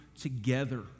together